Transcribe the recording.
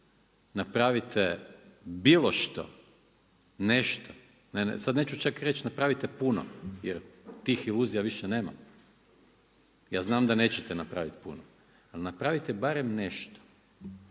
Napravite bilo što, nešto, sad neću čak reći napravite puno jer tih iluzija više nema, ja znam da neće napraviti puno, ali napravite bar nešto